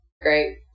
great